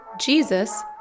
Jesus